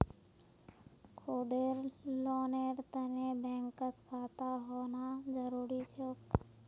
खुदेर लोनेर तने बैंकत खाता होना जरूरी छोक